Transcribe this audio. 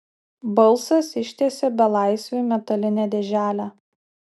balsas ištiesė belaisviui metalinę dėželę